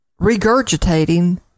regurgitating